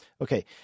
Okay